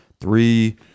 three